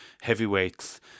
heavyweights